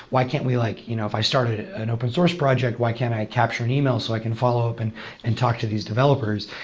why can't we like you know if i started an open-source project, why can't i capture an email so i can follow up and and talk to these developers?